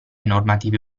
normative